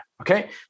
okay